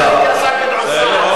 השר גדעון סער מסכים.